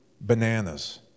bananas